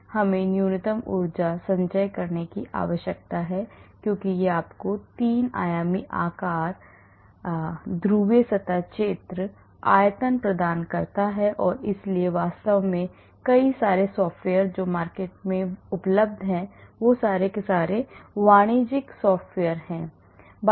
इसलिए हमें न्यूनतम ऊर्जा संचय करने की आवश्यकता है क्योंकि यह आपको तीन आयामी आकार आकार ध्रुवीय सतह क्षेत्र आयतन प्रदान करता है और इसलिए वास्तव में कई सॉफ्टवेयर्स हैं बाजार में वाणिज्यिक सॉफ्टवेयर उपलब्ध है